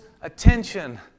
attention